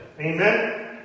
Amen